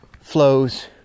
flows